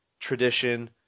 tradition